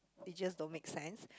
it just don't make sense